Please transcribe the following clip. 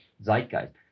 Zeitgeist